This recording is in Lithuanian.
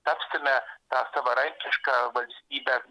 tapsime ta savarankiška valstybe